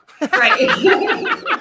Right